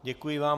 Děkuji vám.